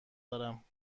دارم